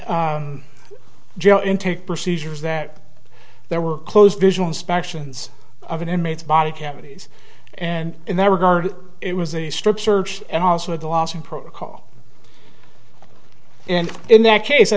jail intake procedures that there were close visual inspections of an inmate's body cavities and in that regard it was a strip search and also at a loss in protocol and in that case i